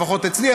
לפחות אצלי,